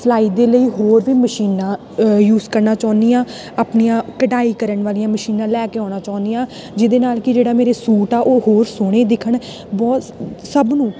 ਸਿਲਾਈ ਦੇ ਲਈ ਹੋਰ ਵੀ ਮਸ਼ੀਨਾਂ ਯੂਜ ਕਰਨਾ ਚਾਹੁੰਦੀ ਹਾਂ ਆਪਣੀਆਂ ਕਢਾਈ ਕਰਨ ਵਾਲੀਆਂ ਮਸ਼ੀਨਾਂ ਲੈ ਕੇ ਆਉਣਾ ਚਾਹੁੰਦੀ ਹਾਂ ਜਿਹਦੇ ਨਾਲ ਕਿ ਜਿਹੜਾ ਮੇਰੇ ਸੂਟ ਆ ਉਹ ਹੋਰ ਸੋਹਣੇ ਦਿਖਣ ਬਹੁਤ ਸਭ ਨੂੰ